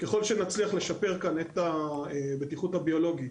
ככל שנצליח לשפר כאן את הבטיחות הביולוגית,